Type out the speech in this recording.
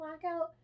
blackout